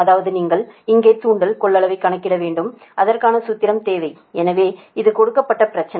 அதாவது நீங்கள் இங்கே தூண்டல் கொள்ளளவை கணக்கிட வேண்டும் அதற்கான சூத்திரங்கள் தேவை எனவே இது கொடுக்கப்பட்ட பிரச்சனை